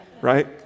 right